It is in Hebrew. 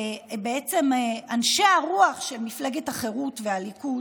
בעצם אנשי הרוח של מפלגת החירות והליכוד.